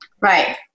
Right